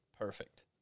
Perfect